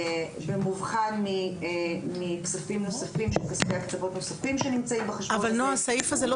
במובחן מכספי הקצבות נוספים שנמצאים בחשבון הזה --- הסעיף הזה לא